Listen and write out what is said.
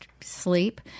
sleep